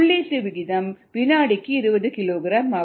உள்ளீட்டு விகிதம் வினாடிக்கு 20 கிலோகிராம் ஆகும்